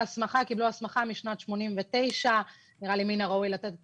קיבלו הסמכה משנת 1989. נראה לי שמן הראוי לתת את